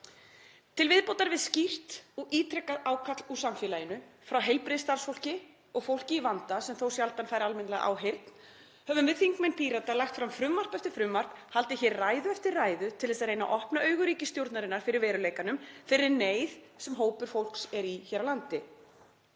Til viðbótar við skýrt og ítrekað ákall úr samfélaginu, frá heilbrigðisstarfsfólki og fólki í vanda sem þó sjaldan fær almennilega áheyrn, höfum við þingmenn Pírata lagt fram frumvarp eftir frumvarp, haldið hér ræðu eftir ræðu til að reyna að opna augu ríkisstjórnarinnar fyrir veruleikanum, þeirri neyð sem hópur fólks er í hér á landi.